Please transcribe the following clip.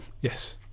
Yes